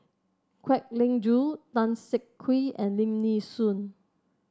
Kwek Leng Joo Tan Siak Kew and Lim Nee Soon